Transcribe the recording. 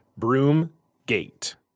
Broomgate